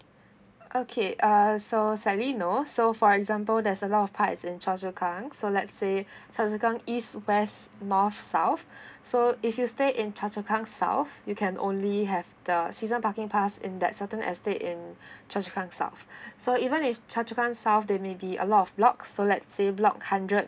okay uh so slightly no so for example there's a lot of parts in choa chu kang so lets say choa chu kang east west north south so if you stay in choa chu kang south you can only have the season parking pass in that certain estate in choa chu kang south so even if choa chu kang south they may be a lot of block so lets say block hundred